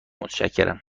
متشکرم